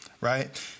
right